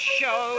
show